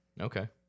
Okay